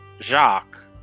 Jacques